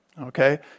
Okay